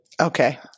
Okay